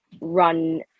run